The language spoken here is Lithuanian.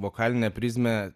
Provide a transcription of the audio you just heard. vokaline prizme